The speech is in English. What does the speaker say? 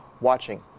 watching